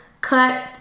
cut